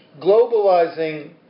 Globalizing